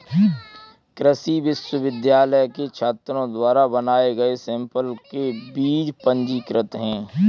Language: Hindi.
कृषि विश्वविद्यालय के छात्रों द्वारा बनाए गए सैंपल के बीज पंजीकृत हैं